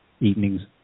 evenings